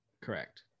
correct